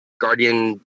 Guardian